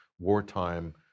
wartime